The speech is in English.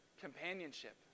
Companionship